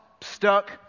stuck